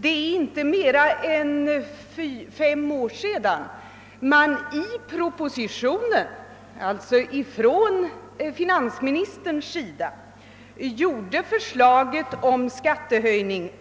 Det är inte mer än fem år sedan regeringen 1 en proposition, väckte förslaget om skattehöjning